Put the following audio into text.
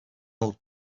old